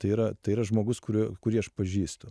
tai yra tai yra žmogus kurio kurį aš pažįstu